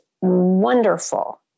wonderful